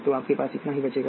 तो आपके पास इतना ही बचेगा